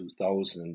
2000